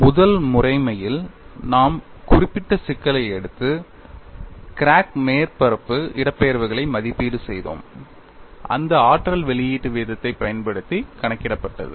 முதல் முறைமையில் நாம் ஒரு குறிப்பிட்ட சிக்கலை எடுத்து கிராக் மேற்பரப்பு இடப்பெயர்வுகளை மதிப்பீடு செய்தோம் அந்த ஆற்றல் வெளியீட்டு வீதத்தைப் பயன்படுத்தி கணக்கிடப்பட்டது